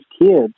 kids